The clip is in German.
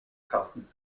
kaufen